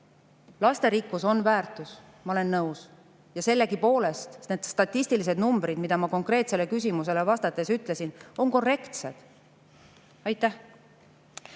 Lasterikkus on väärtus, ma olen nõus. Ja sellegipoolest need statistilised numbrid, mida ma konkreetsele küsimusele vastates ütlesin, on korrektsed. Aitäh!